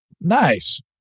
Nice